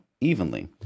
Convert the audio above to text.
evenly